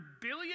billion